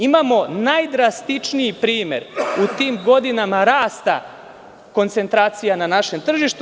Imamo najdrastičniji primer u tim godinama rasta koncentracija na našem tržištu.